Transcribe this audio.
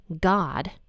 God